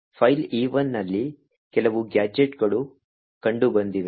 file e1 ನಲ್ಲಿ ಕೆಲವು ಗ್ಯಾಜೆಟ್ಗಳು ಕಂಡುಬಂದಿವೆ